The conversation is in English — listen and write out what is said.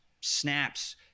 snaps